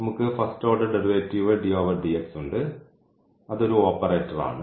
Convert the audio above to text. നമുക്ക് first order derivative ഉണ്ട് അതുഒരു ഓപ്പറേറ്ററാണ്